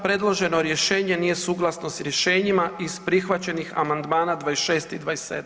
Predloženo rješenje nije suglasno s rješenjima iz prihvaćenih amandmana 26 i 27.